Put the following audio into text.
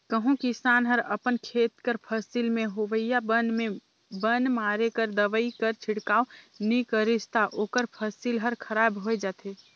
कहों किसान हर अपन खेत कर फसिल में होवइया बन में बन मारे कर दवई कर छिड़काव नी करिस ता ओकर फसिल हर खराब होए जाथे